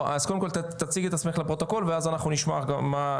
אז קודם כל תציגי את עצמך לפרוטוקול ואז אנחנו נשמע גם מה,